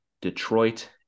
Detroit